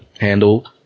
handle